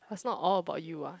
it's not all about you ah